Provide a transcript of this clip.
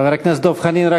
חבר הכנסת דב חנין,